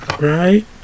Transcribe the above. right